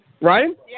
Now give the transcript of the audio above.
Right